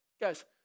guys